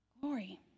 glory